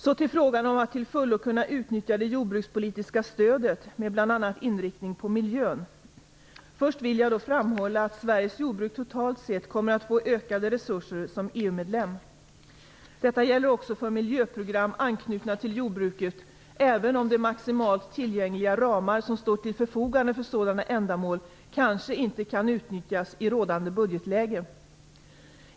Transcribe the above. Så till frågan om att till fullo kunna utnyttja det jordbrukspolitiska stödet med bl.a. inriktning på miljön. Först vill jag då framhålla att Sveriges jordbruk totalt sett kommer att få ökade resurser som EU medlem. Detta gäller också för miljöprogram anknutna till jordbruket, även om de maximalt tillgängliga ramar som står till förfogande för sådana ändamål kanske inte kan utnyttjas i rådande budgetläge.